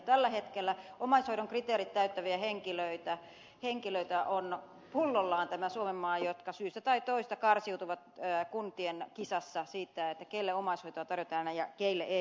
tällä hetkellä omaishoidon kriteerit täyttäviä henkilöitä on pullollaan tämä suomenmaa jotka syystä tai toisesta karsiutuvat kuntien kisassa siitä keille omaishoitoa tarjotaan ja keille ei